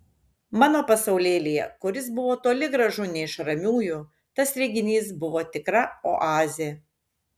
mano pasaulėlyje kuris buvo toli gražu ne iš ramiųjų tas reginys buvo tikra oazė